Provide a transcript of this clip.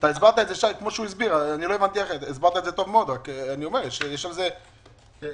הסברת את זה כפי שהוא הסביר, רק יש על זה השגות.